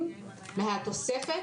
שעוסק בשאלת סכום שכר טרחה.